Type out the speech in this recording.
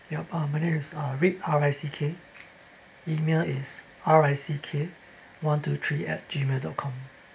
yup my name is uh rick R I C K email is R I C K one to three at gmail dot com